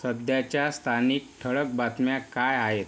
सध्याच्या स्थानिक ठळक बातम्या काय आहेत